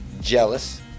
Jealous